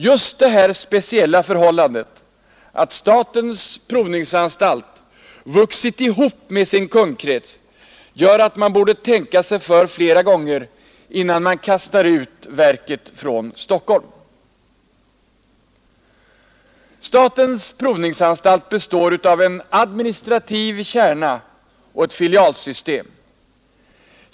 Just detta speciella förhållande att statens provningsanstalt har vuxit ihop med sin kundkrets gör att man borde tänka sig för flera gånger, innan man kastar ut verket från Stockholm. Provningsanstalten består av en administrativ kärna och ett filialsystem.